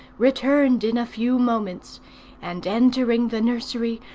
returned in a few moments and entering the nursery,